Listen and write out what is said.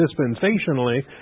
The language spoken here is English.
dispensationally